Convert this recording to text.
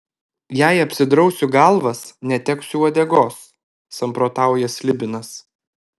jei apsidrausiu galvas neteksiu uodegos samprotauja slibinas